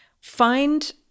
find